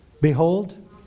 Behold